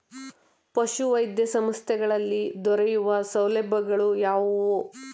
ಪಶುವೈದ್ಯ ಸಂಸ್ಥೆಗಳಲ್ಲಿ ದೊರೆಯುವ ಸೌಲಭ್ಯಗಳು ಯಾವುವು?